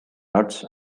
nuts